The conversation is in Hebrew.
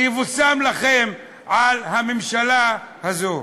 שיבושם לכם על הממשלה הזו.